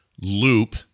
loop